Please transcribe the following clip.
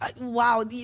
wow